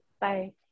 Bye